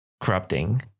corrupting